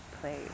play